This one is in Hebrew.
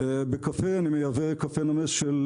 בקפה, אני מייבא קפה נמס של